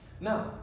Now